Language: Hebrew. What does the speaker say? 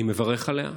אני מברך עליה.